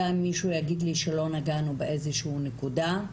אלא אם מישהו יגיד לי שלא נגענו באיזו שהיא נקודה.